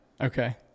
Okay